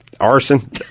arson